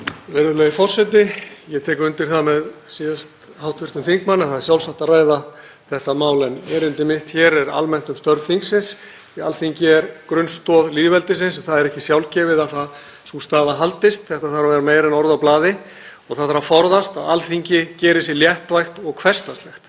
Virðulegi forseti. Ég tek undir það með síðasta hv. ræðumanni að það er sjálfsagt að ræða þetta mál. En erindi mitt hér er almennt um störf þingsins því Alþingi er grunnstoð lýðveldisins og það er ekki sjálfgefið að sú staða haldist. Þetta þarf að vera meira en orð á blaði og það þarf að forðast að Alþingi geri sig léttvægt og hversdagslegt.